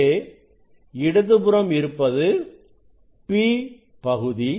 இங்கே இடது புறம் இருப்பது P பகுதி